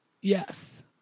Yes